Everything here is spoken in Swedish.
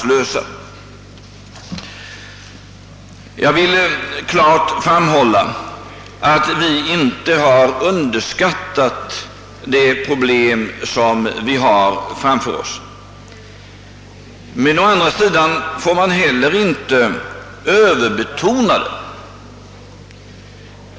Jag vill klart fram hålla att vi inte har underskattat de problem som vi har framför oss. Men å andra sidan får man inte heller överbetona dem.